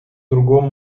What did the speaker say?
другом